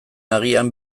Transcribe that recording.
agian